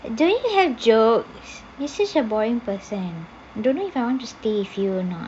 do you have jokes you such a boring person don't know if I want to stay with you or not